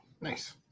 Nice